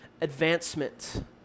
advancement